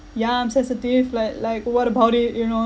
ya I'm sensitive like like what about it you know